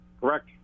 Correct